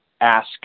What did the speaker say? ask